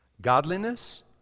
godliness